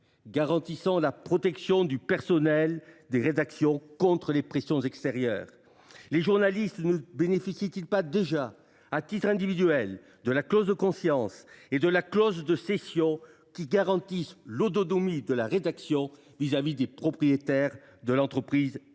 garantissant la protection du personnel des rédactions contre les pressions extérieures ? Les journalistes ne bénéficient ils pas déjà, à titre individuel, de la clause de conscience et de la clause de cession, lesquelles garantissent l’autonomie de la rédaction vis à vis des propriétaires des entreprises éditrices ?